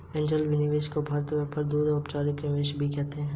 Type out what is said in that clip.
angel निवेशक को व्यापार दूत या अनौपचारिक निवेशक भी कहते हैं